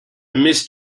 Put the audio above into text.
missed